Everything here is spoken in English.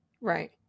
Right